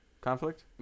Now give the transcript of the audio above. conflict